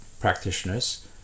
practitioners